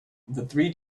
three